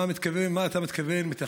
מה אתה מתכוון, מתכנן,